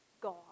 God